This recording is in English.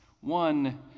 one